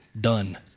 Done